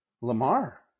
Lamar